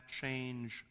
change